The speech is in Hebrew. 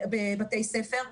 בבתי ספר,